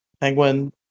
Penguin